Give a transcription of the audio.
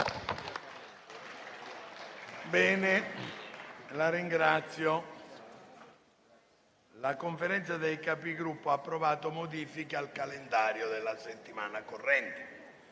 nuova finestra"). La Conferenza dei Capigruppo ha approvato modifiche al calendario della settimana corrente.